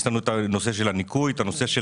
יש לנו הנושא של הניקוי, של השטיפה.